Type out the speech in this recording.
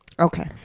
Okay